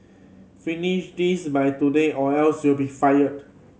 finish this by today or else you'll be fired